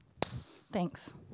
Thanks